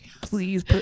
Please